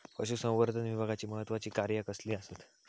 पशुसंवर्धन विभागाची महत्त्वाची कार्या कसली आसत?